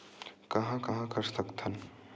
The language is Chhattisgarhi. कहां कहां कर सकथन?